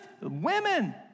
women